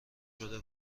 شده